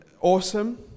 awesome